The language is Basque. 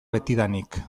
betidanik